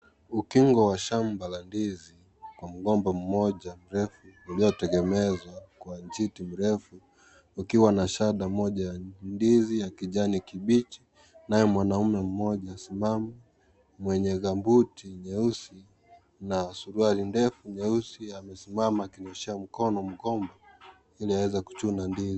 Ukingo wa shamba la ndizi wa mgomba moja mrefu uliotegemezwa kwa njiti mrefu ukiwa na shada moja ya ndizi ya kijani kibichi nayo mwanaume mmoja anasimama mwenye gambuti nyeusi na suruali ndefu nyeusi amesimama akinyosha mkono mgomba ili aweze kuchuna ndizi.